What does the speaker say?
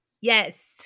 Yes